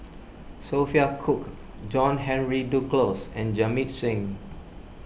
Sophia Cooke John Henry Duclos and Jamit Singh